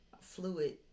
fluid